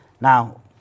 now